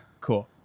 Cool